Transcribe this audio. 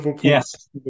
Yes